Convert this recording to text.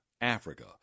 Africa